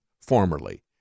formerly